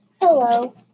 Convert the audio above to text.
Hello